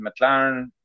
McLaren